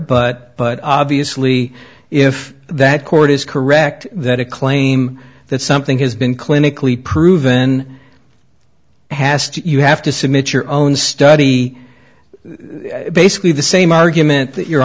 but but obviously if that court is correct that a claim that something has been clinically proven has to you have to submit your own study basically the same argument that your